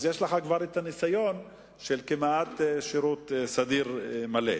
אז יש לך כבר ניסיון של כמעט שירות סדיר מלא.